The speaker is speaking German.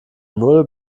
null